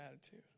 attitude